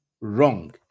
wrong